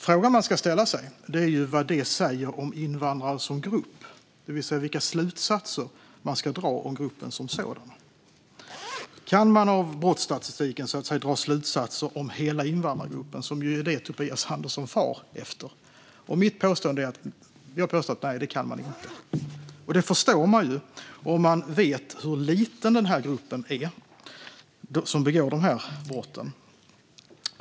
Frågan man ska ställa sig är vad det säger om invandrare som grupp, det vill säga vilka slutsatser man ska dra om gruppen som sådan. Kan man utifrån brottsstatistiken dra slutsatser om hela invandrargruppen, vilket Tobias Andersson far efter? Nej, det kan man inte göra, påstår jag. Det förstår man om man vet hur liten den grupp är som begår dessa brott.